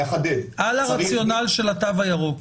על הרציונל של התו הירוק.